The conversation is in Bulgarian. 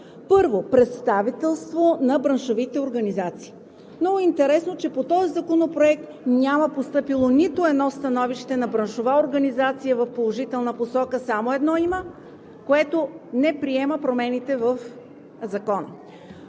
Първо, представителство на браншовите организации. Много е интересно, че по този законопроект няма постъпило нито едно становище на браншова организация в положителна посока. Има само едно, което не приема промените в Закона.